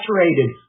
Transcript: saturated